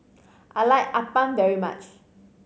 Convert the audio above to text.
I like appam very much